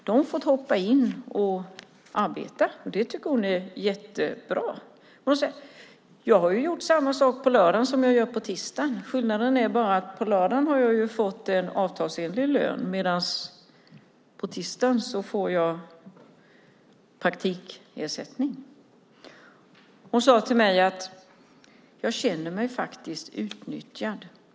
Då har Anna fått hoppa in och arbeta, vilket hon tycker är jättebra. Hon säger att hon gör samma sak på lördag som på tisdag. Skillnaden är att hon för lördagen får avtalsenlig lön medan hon för tisdagen får praktikersättning. Hon sade till mig: Jag känner mig faktiskt utnyttjad.